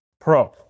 Pro